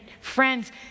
friends